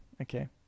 Okay